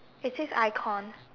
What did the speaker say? it says icon